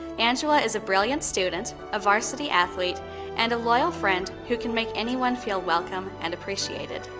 angela is a brilliant student, a varsity athlete and a loyal friend who can make anyone feel welcome and appreciated.